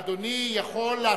אדוני יכול לעשות,